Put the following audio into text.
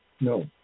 No